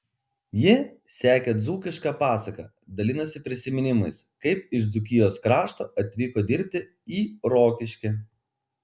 ji sekė dzūkišką pasaką dalinosi prisiminimais kaip iš dzūkijos krašto atvyko dirbti į rokiškį